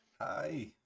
Hi